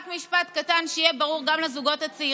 רק משפט קטן, כדי שיהיה ברור לזוגות הצעירים,